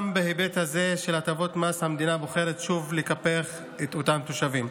גם בהיבט הזה של הטבות מס המדינה בוחרת שוב לקפח את אותם תושבים.